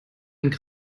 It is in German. einen